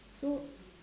so